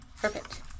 Perfect